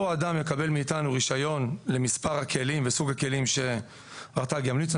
אותו אדם יקבל מאיתנו רישיון למספר הכלים וסוג הכלים שרט"ג ימליצו.